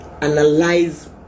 analyze